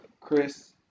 chris